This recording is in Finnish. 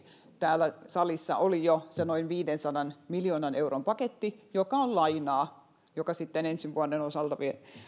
täällä salissa oli jo se noin viidensadan miljoonan euron paketti joka on lainaa joka sitten ensi vuoden